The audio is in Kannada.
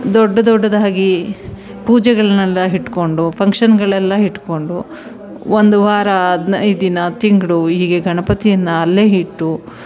ದೊಡ್ಡ ದೊಡ್ಡದಾಗಿ ಪೂಜೆಗಳನ್ನೆಲ್ಲ ಇಟ್ಕೊಂಡು ಫಂಕ್ಷನ್ಗಳೆಲ್ಲಾ ಹಿಟ್ಕೊಂಡು ಒಂದು ವಾರ ಹದ್ನೈದು ದಿನ ತಿಂಗಳು ಹೀಗೆ ಗಣಪತಿಯನ್ನು ಅಲ್ಲೇ ಇಟ್ಟು